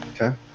Okay